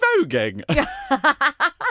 Voguing